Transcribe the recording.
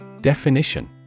Definition